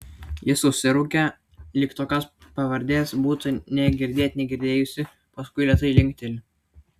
ji susiraukia lyg tokios pavardės būtų nė girdėt negirdėjusi paskui lėtai linkteli